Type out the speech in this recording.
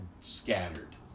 scattered